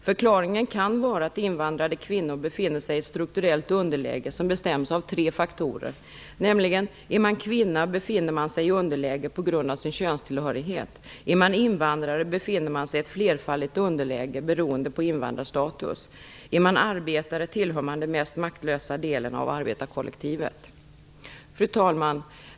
Förklaringen kan vara att invandrade kvinnor befinner sig i ett strukturellt underläge som bestäms av tre faktorer: Är man kvinna befinner man sig i underläge på grund av sin könstillhörighet. Är man invandrare befinner man sig i ett flerfaldigt underläge beroende på invandrarstatus. Är man arbetare tillhör man den mest maktlösa delen av arbetarkollektivet. Fru talman!